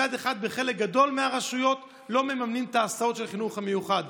מצד שני בחלק גדול מהרשויות לא מממנים את ההסעות של החינוך המיוחד.